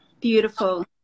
Beautiful